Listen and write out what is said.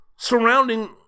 Surrounding